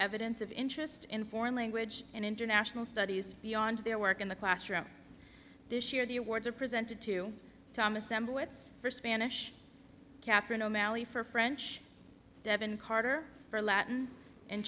evidence of interest in foreign language and international studies beyond their work in the classroom this year the awards are presented to tom assemblages for spanish catherine o'malley for french devon carter for latin and